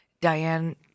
Diane